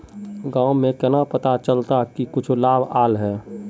गाँव में केना पता चलता की कुछ लाभ आल है?